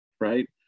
Right